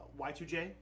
Y2J